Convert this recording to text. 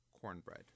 cornbread